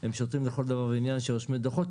הם שוטרים לכל דבר ועניין שרושמים דוחות,